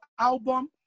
album